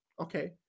okay